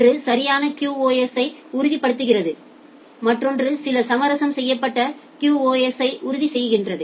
ஒன்று சரியான QoS ஐ உறுதிசெய்கிறது மற்றொன்று சில சமரசம் செய்யப்பட்ட QoS ஐ உறுதி செய்கிறது